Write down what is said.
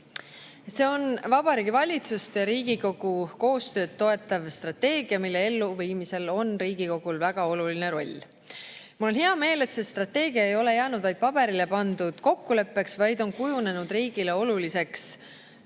See on Vabariigi Valitsuse ja Riigikogu koostööd toetav strateegia, mille elluviimisel on Riigikogul väga oluline roll. Mul on hea meel, et see strateegia ei ole jäänud vaid paberile pandud kokkuleppeks, vaid on kujunenud riigile oluliseks instrumendiks.